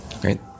Great